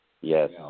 Yes